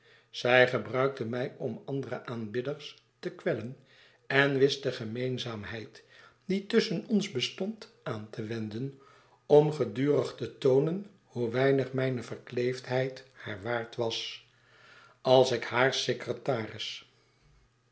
zij gebruikte mij om andere aanbidderste kwellen en wist de gemeenzaamheid die tusschen ons bestond aan te wenden om gedurig te toonen hoe weinig mijne verkleefdheid haar waard was als ik haar secretaris